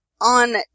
on